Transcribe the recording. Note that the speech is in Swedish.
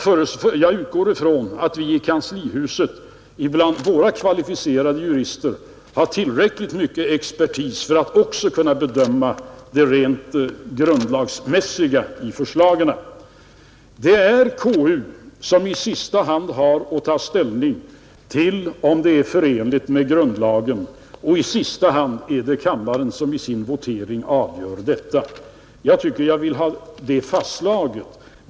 Jag utgår ifrån att vi i kanslihuset bland våra kvalificerade jurister har tillräckligt med expertis för att också kunna bedöma det rent grundlagsmässiga i förslagen. Det är KU som har att ta ställning till om ett förslag är förenligt med grundlagen, och i sista hand är det kammaren som i sin votering avgör detta. Jag tycker att jag vill ha det fastslaget.